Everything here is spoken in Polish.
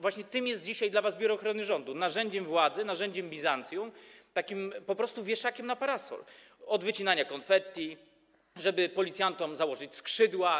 Właśnie tym jest dzisiaj dla was Biuro Ochrony Rządu: narzędziem władzy, narzędziem Bizancjum, takim po prostu wieszakiem na parasol, od wycinania konfetti, od tego, żeby policjantom założyć skrzydła.